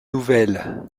nouvelle